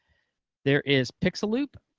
there is pixaloop,